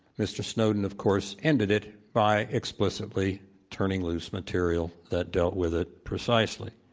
mr. snowden, of course, ended it by explicitly turning loose material that dealt with it precisely.